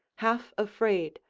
half afraid,